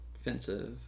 Offensive